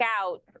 out